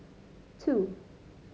two